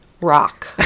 rock